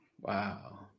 Wow